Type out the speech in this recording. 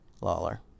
Lawler